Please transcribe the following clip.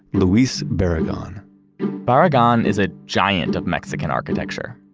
luis barragan barragan is a giant of mexican architecture.